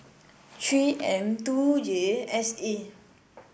three M two J S A